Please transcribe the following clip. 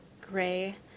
gray